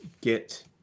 get